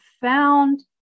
found